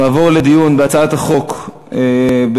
אנחנו נעבור לדיון בהצעת חוק לקריאה